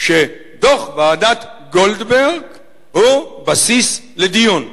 לכך שדוח ועדת-גולדברג הוא בסיס לדיון.